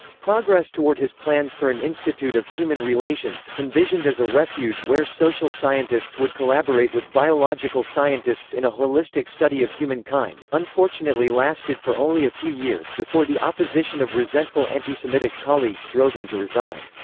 progress toward his plans for an institute of human relations, envisioned as a refuge where social scientists would collaborate with biological scientists in a holistic study of humankind, unfortunately lasted for only a few years before the opposition of resentful anti-semitic colleagues drove him to resign.